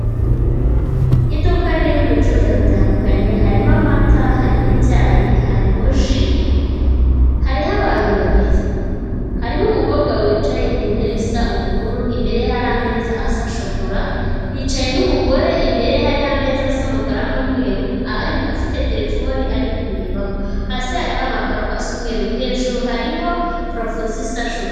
Iduka ririmo ibicuruzwa bitandukanye harimo: amata, harimo icyayi, harimo ji, hariho abantu babiri. Hariho umukobwa wicaye ku ntebe isa ubururu, imbere ye hari ameza asa shokora. Hicaye n'umugore, imbere ye hariho ameza asa umukara, n'umweru afite terefoni ari kuyirebamo. Hasi hariho amakaro asa umweru, hejuru hariho purafo zisa na shokora.